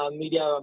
media